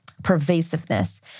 pervasiveness